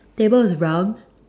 table is brown